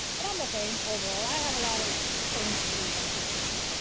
but i'm ok overall. i have a lot of things to be thankful for.